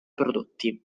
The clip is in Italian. prodotti